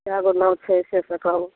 कै गो नाव छै से तऽ कहू